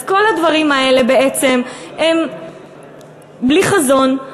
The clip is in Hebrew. אז כל הדברים האלה בעצם הם בלי חזון,